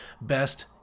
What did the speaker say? best